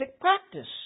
practice